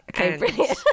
Okay